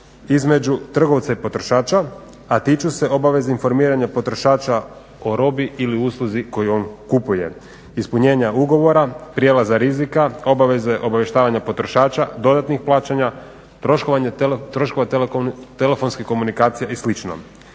između trgovca i potrošača a tiču se obveze informiranja potrošača o robi ili usluzi koju on kupuje, ispunjenja ugovora, prijelaza rizika, obaveze obavještavanja potrošača, dodatnih plaćanja, troškova telefonske komunikacije i